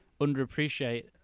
underappreciate